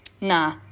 Nah